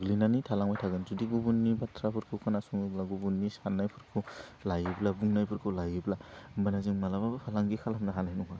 गोग्लैनानै थालांबाय थागोन जुदि गुबुननि बाथ्राफोरखौ खोनासङोब्ला गुबुननि सान्नायफोरखौ लायोब्ला बुंनायफोरखौ लायोब्ला होमबाना जों मालाबाबो फालांगि खालामनो हानाय नङा